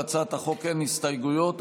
להצעת החוק אין הסתייגויות,